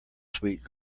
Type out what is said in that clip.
sweet